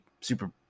super